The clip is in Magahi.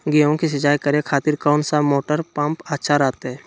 गेहूं के सिंचाई करे खातिर कौन सा मोटर पंप अच्छा रहतय?